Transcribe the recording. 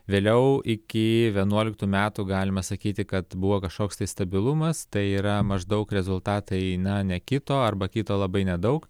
vėliau iki vienuoliktų metų galima sakyti kad buvo kažkoks tai stabilumas tai yra maždaug rezultatai na nekito arba kito labai nedaug